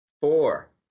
Four